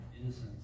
Innocence